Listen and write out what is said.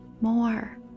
more